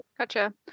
Gotcha